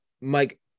mike